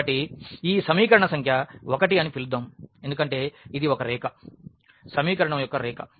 కాబట్టి ఈ సమీకరణ సంఖ్య 1 అని పిలుద్దాం ఎందుకంటే ఇది ఒక రేఖ సమీకరణం యొక్క రేఖ